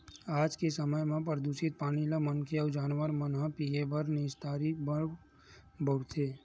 आज के समे म परदूसित पानी ल मनखे अउ जानवर मन ह पीए बर, निस्तारी बर बउरथे